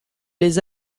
les